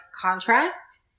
contrast